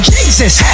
Jesus